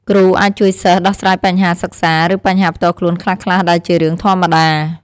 គ្រូអាចជួយសិស្សដោះស្រាយបញ្ហាសិក្សា ឬបញ្ហាផ្ទាល់ខ្លួនខ្លះៗ ដែលជារឿងធម្មតា។